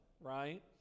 right